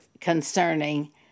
concerning